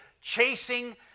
chasing